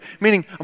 meaning